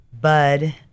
Bud